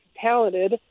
talented